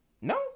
No